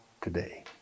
today